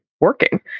working